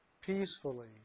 peacefully